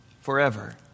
forever